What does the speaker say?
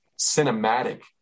cinematic